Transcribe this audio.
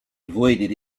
avoided